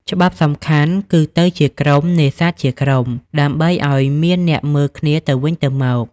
ច្បាប់សំខាន់ គឺ "ទៅជាក្រុម នេសាទជាក្រុម" ដើម្បីឱ្យមានអ្នកមើលគ្នាទៅវិញទៅមក។